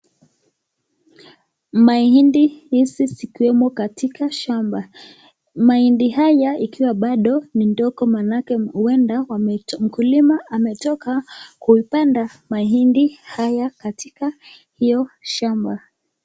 Mahindi hizi zikuwemo katika shamba. Mahindi haya ikiwa bado ni ndogo maanake huenda mkulima ametoka kuipanda mahindi haya katika hiyo shamba.